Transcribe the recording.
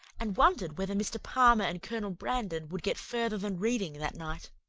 and wondered whether mr. palmer and colonel brandon would get farther than reading that night.